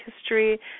history